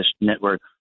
Network